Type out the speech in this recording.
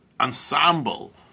ensemble